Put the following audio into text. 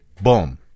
boom